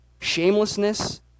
shamelessness